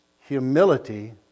Humility